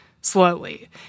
slowly